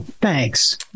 Thanks